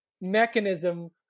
mechanism